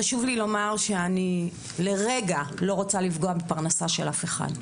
חשוב לי לומר שאני לרגע לא רוצה לפגוע בפרנסה של אף אחד.